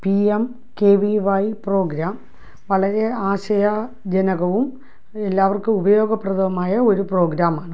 P M K V Y programme വളരെ ആശയജനകവും എല്ലാവർക്കും ഉപയോഗപ്രദമായ ഒരു പ്രോഗ്രാമാണ്